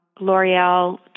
L'Oreal